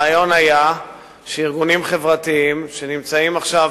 הרעיון היה שארגונים חברתיים שנמצאים עכשיו,